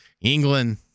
England